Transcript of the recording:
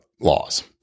Laws